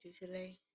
today